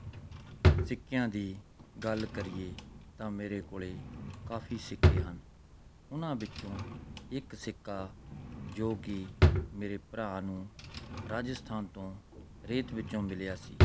ਸਿੱਕਿਆਂ ਦੀ ਗੱਲ ਕਰੀਏ ਤਾਂ ਮੇਰੇ ਕੋਲ਼ ਕਾਫੀ ਸਿੱਕੇ ਹਨ ਉਹਨਾਂ ਵਿੱਚੋਂ ਇੱਕ ਸਿੱਕਾ ਜੋ ਕਿ ਮੇਰੇ ਭਰਾ ਨੂੰ ਰਾਜਸਥਾਨ ਤੋਂ ਰੇਤ ਵਿੱਚੋਂ ਮਿਲਿਆ ਸੀ